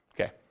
Okay